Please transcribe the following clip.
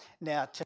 Now